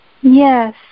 Yes